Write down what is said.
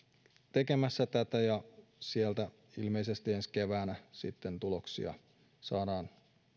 tekemässä tätä ja sieltä ilmeisesti ensi keväänä sitten tuloksia saadaan